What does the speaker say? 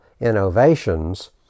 innovations